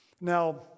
Now